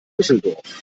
düsseldorf